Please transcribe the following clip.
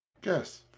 Guess